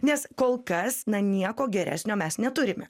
nes kol kas na nieko geresnio mes neturime